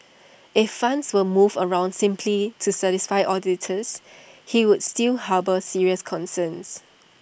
if funds were moved around simply to satisfy auditors he would still harbour serious concerns